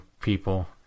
people